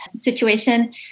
situation